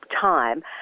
time